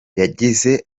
yagize